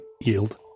Yield